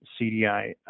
CDI